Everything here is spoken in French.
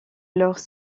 alors